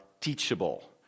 teachable